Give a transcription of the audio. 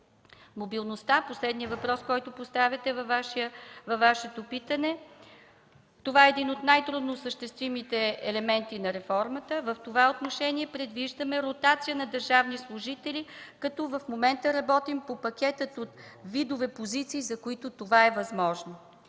Мобилността – последният въпрос, който поставяте във Вашето питане – е един от най-трудно осъществимите елементи на реформата. В това отношение предвиждаме ротация на държавни служители, като в момента работим по пакета от видове позиции, за които това е възможно.